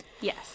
Yes